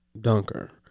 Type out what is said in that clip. dunker